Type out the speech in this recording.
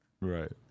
Right